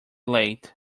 late